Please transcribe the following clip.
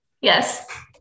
Yes